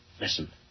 Listen